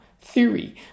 theory